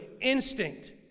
instinct